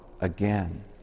again